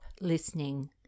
listening